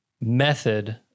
method